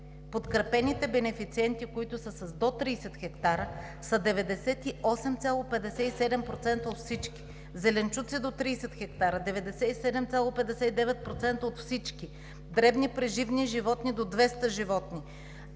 подкрепените бенефициенти, които са с до 30 хектара, са 98,57% от всички; зеленчуци до 30 хектара – 97,59% от всички; дребни преживни животни до 200 животни